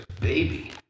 baby